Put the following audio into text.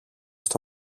στο